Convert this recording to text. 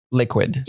liquid